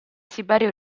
siberia